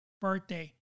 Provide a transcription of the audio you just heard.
birthday